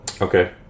Okay